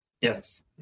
yes